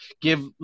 Give